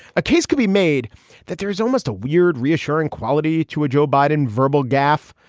a case can be made that there's almost a weird, reassuring quality to a joe biden verbal gaffe.